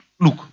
Look